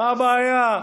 מה הבעיה?